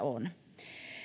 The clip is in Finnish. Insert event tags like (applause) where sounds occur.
(unintelligible) on